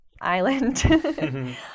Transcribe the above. island